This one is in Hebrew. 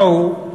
מהו?